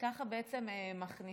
ככה בעצם מכניסים.